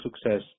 success